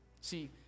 See